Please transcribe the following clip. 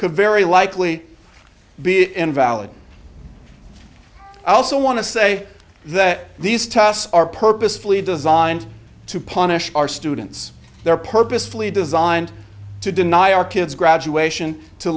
could very likely be invalid i also want to say that these tests are purposefully designed to punish our students they're purposefully designed to deny our kids graduation to